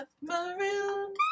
maroon